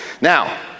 Now